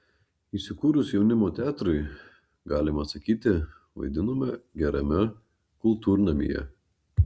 įsikūrus jaunimo teatrui galima sakyti vaidinome gerame kultūrnamyje